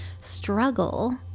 struggle